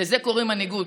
לזה קוראים מנהיגות: